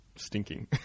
stinking